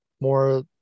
more